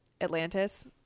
Atlantis